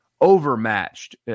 overmatched